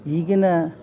ಈಗಿನ